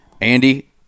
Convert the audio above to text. Andy